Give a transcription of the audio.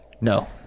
no